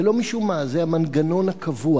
זה לא משום מה, זה המנגנון הקבוע.